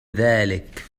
ذلك